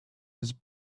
his